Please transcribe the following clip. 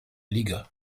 liga